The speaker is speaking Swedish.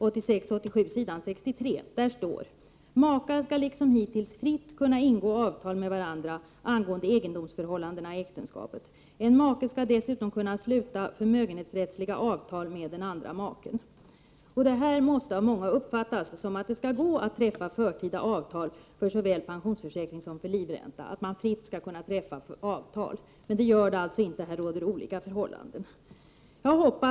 Efter ett regeringsbeslut i strid mot fackets vilja har ASEA Brown Boveri, med huvudsäte i ett annat land, nu blivit huvudägare till flertalet samhällsägda underhållsverkstäder. SJ:s driftvärn har haft den viktiga funktionen att ge skydd åt de viktigaste delarna av totalförsvaret i mobiliseringslägen.